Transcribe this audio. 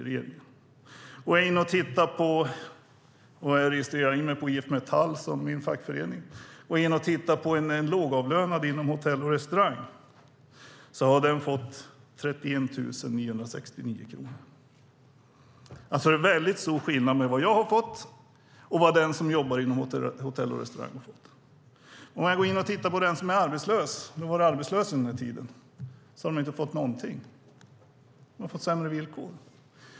Om jag registrerar mig med IF Metall som fackförening eller tittar på hur det ser ut för en lågavlönad person inom hotell och restaurangbranschen ser jag att en person med de förutsättningarna har fått 31 969 kronor. Det är alltså väldigt stor skillnad mellan vad jag har fått och vad den som jobbar inom hotell och restaurangbranschen har fått. Om jag går in och tittar på hur det ser ut för den som har varit arbetslös under den här tiden ser jag att den personen inte har fått någonting, bara sämre villkor.